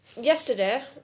yesterday